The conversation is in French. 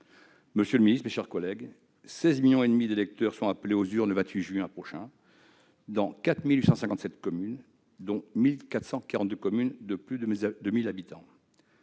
Monsieur le secrétaire d'État, mes chers collègues, 16,5 millions d'électeurs sont appelés aux urnes le 28 juin prochain, dans 4 857 communes, dont 1 442 communes de 1 000 habitants